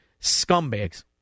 scumbags